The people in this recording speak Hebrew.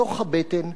בתוך הבטן,